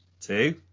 Two